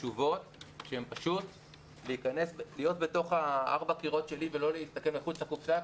תשובות שהן בתוך ארבעה הקירות שלי ולא להסתכל מחוץ לקופסה.